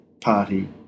party